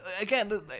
Again